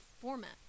format